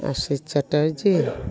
Ashis Chatterjee